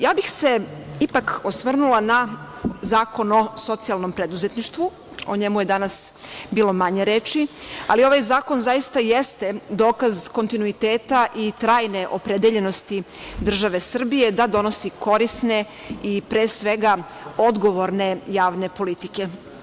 Ja bih se ipak osvrnula na Zakon o socijalnom preduzetništvu, o njemu je danas bilo manje reči, ali ovaj zakon zaista jeste dokaz kontinuiteta i trajne opredeljenosti države Srbije da donosi korisne i pre svega, odgovorne javne politike.